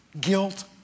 guilt